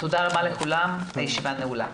תודה רבה לכולם, הישיבה נעולה.